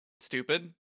stupid